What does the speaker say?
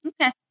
okay